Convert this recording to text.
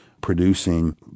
producing